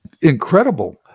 incredible